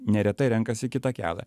neretai renkasi kitą kelią